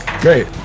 Great